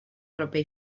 proper